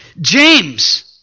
James